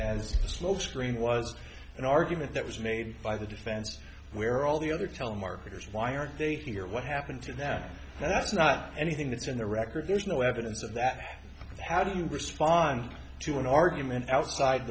and smokescreen was an argument that was made by the defense where all the other telemarketers why aren't they here what happened to them that's not anything that's in the record there's no evidence of that how do you respond to an argument outside